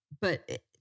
But-